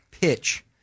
pitch